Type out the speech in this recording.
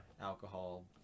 alcohol